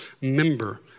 Member